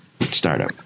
startup